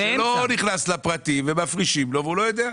--- שלא נכנס לפרטים ומפרישים לו והוא לא יודע.